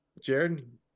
Jared